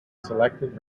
selected